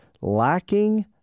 Lacking